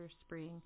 spring